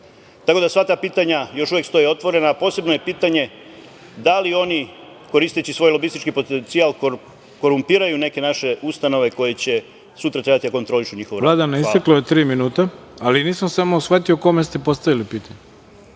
da, sva ta pitanja još uvek stoje otvorena, a posebno je pitanje da li oni koristeći svoj lobistički potencijal korumpiraju neke naše ustanove koje će sutra trebati da kontroliše njihov rad? Hvala. **Ivica Dačić** Vladane, isteklo je tri minuta. Nisam samo shvatio kome ste postavili pitanje?